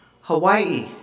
Hawaii